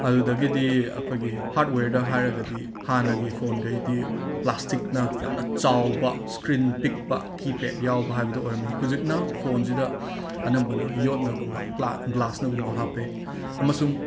ꯑꯗꯨꯗꯒꯤꯗꯤ ꯑꯩꯈꯣꯏꯒꯤ ꯍꯥꯔꯠꯋꯦꯔꯗ ꯍꯥꯏꯔꯒꯗꯤ ꯍꯥꯟꯅꯒꯤ ꯐꯣꯟꯈꯩꯗꯤ ꯄ꯭ꯂꯥꯁꯇꯤꯛꯅ ꯌꯥꯝꯅ ꯆꯥꯎꯕ ꯁ꯭ꯀ꯭ꯔꯤꯟ ꯄꯤꯛꯄ ꯀꯤꯄꯦꯠ ꯌꯥꯎꯕ ꯍꯥꯏꯕꯗꯨ ꯑꯣꯏꯔꯝꯃꯤ ꯍꯨꯖꯤꯛꯅ ꯐꯣꯟꯁꯤꯗ ꯑꯅꯝꯕꯅ ꯌꯣꯠꯅꯒꯨꯝꯕ ꯄ꯭ꯂꯥ ꯒ꯭ꯂꯥꯁꯅꯒꯨꯝꯕ ꯍꯥꯞꯄꯦ ꯑꯃꯁꯨꯡ